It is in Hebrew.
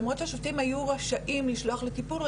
ולמרות שהשופטים היו רשאים לשלוח לטיפול,